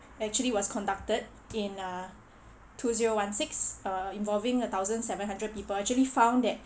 actually was conducted in uh two zero one six uh involving a thousand seven hundred people actually found that